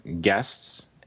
guests